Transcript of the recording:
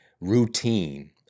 routine